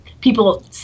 people